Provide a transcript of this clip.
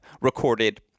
recorded